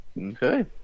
okay